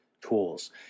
tools